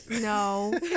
No